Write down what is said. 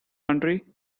country